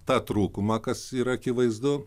tą trūkumą kas yra akivaizdu